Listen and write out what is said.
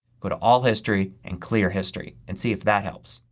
go to all history and clear history and see if that helps.